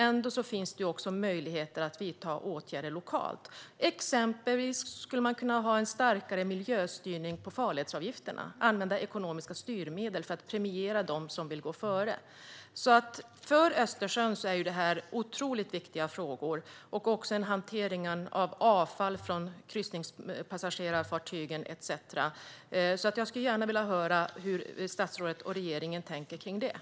Ändå finns möjligheter att vidta åtgärder lokalt. Man skulle exempelvis kunna ha en starkare miljöstyrning av farledsavgifterna och använda ekonomiska styrmedel för att premiera dem som vill gå före. För Östersjön är detta otroligt viktiga frågor. Det gäller även hanteringen av avfall från kryssnings och passagerarfartygen etcetera. Jag vill gärna höra hur statsrådet och regeringen tänker om detta.